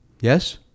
yes